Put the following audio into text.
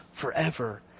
forever